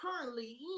Currently